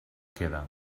queda